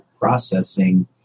processing